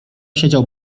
siedział